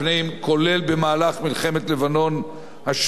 כולל במהלך מלחמת לבנון השנייה,